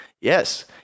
Yes